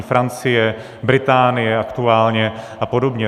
Francie, Británie aktuálně a podobně.